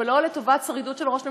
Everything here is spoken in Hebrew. ולא לטובת שרידות של ראש ממשלה.